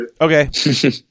Okay